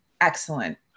excellent